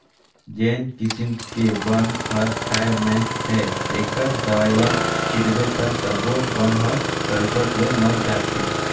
जेन किसम के बन हर खायर में हे तेखर दवई ल छिटबे त सब्बो बन हर सरपट ले मर जाथे